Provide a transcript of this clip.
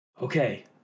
Okay